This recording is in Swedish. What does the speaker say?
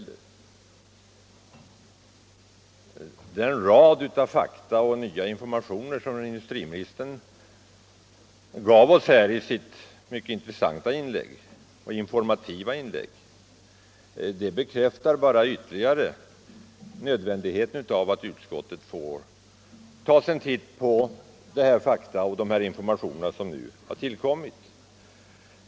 Den rad av fakta och nya informationer som industriministern gav oss här i sitt mycket intressanta inlägg bekräftar bara ytterligare nödvändigheten av att utskottet får ta sig en titt på de nya fakta som tillkommit.